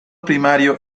primario